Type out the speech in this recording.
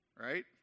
Right